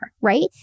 right